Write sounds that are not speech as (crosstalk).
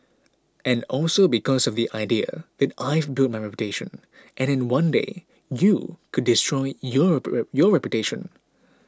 and also because of the idea that I've built my reputation and in one day you could destroy your (unintelligible) your reputation